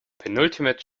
penultimate